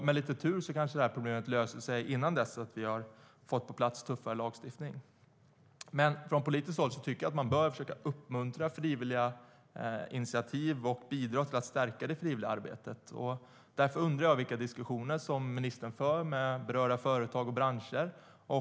Med lite tur kanske det problemet löser sig innan vi har fått en tuffare lagstiftning på plats. Men jag tycker att man från politiskt håll bör försöka att uppmuntra frivilliga initiativ och bidra till att stärka det frivilliga arbetet. Därför undrar jag vilka diskussioner som ministern för med berörda företag och branscher.